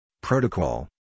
protocol